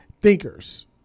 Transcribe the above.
thinkers